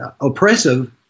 oppressive